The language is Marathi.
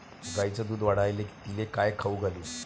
गायीचं दुध वाढवायले तिले काय खाऊ घालू?